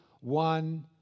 One